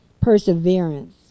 Perseverance